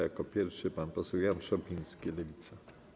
Jako pierwszy pan poseł Jan Szopiński, Lewica.